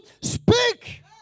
speak